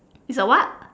it's a what